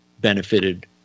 benefited